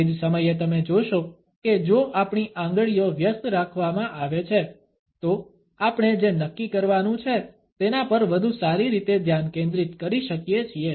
તે જ સમયે તમે જોશો કે જો આપણી આંગળીઓ વ્યસ્ત રાખવામાં આવે છે તો આપણે જે નક્કી કરવાનું છે તેના પર વધુ સારી રીતે ધ્યાન કેન્દ્રિત કરી શકીએ છીએ